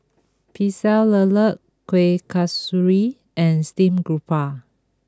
Pecel Lele Kuih Kasturi and Steamed Garoupa